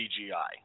CGI